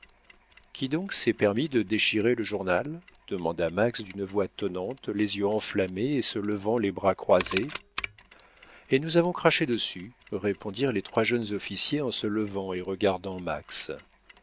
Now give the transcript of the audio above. qui donc s'est permis de déchirer le journal demanda max d'une voix tonnante les yeux enflammés et se levant les bras croisés et nous avons craché dessus répondirent les trois jeunes officiers en se levant et regardant max